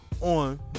on